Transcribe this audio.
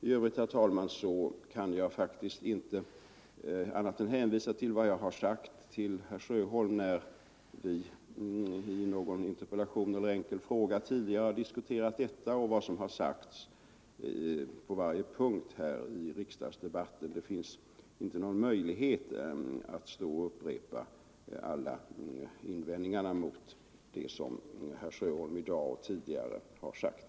I övrigt, herr talman, kan jag inte annat än hänvisa till vad jag sagt till herr Sjöholm när vi tidigare i någon frågeeller interpellationsdebatt har diskuterat detta och till vad som har sagts på varje punkt i riksdagsdebatterna om boxningen. Det finns inte någon möjlighet att stå här och upprepa alla invändningar mot det som herr Sjöholm i dag och tidigare har sagt.